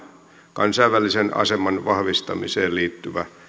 kansainvälisen aseman vahvistamiseen liittyvä